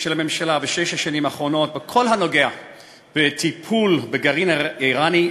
של הממשלה בשש השנים האחרונות בכל הנוגע לטיפול בגרעין האיראני,